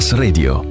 Radio